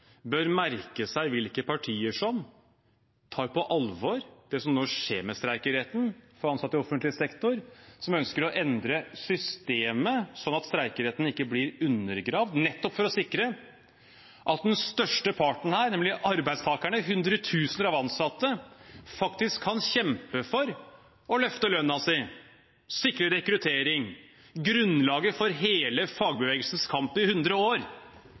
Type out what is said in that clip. bør merke seg hvilke partier som tar på alvor det som nå skjer med streikeretten for ansatte i offentlig sektor, og som ønsker å endre systemet, slik at streikeretten ikke blir undergravd, nettopp for å sikre at den største parten her, nemlig arbeidstakerne, hundretusener av ansatte, faktisk kan kjempe for å løfte lønnen sin og å sikre rekruttering – grunnlaget for hele fagbevegelsens kamp i 100 år.